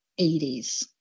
80s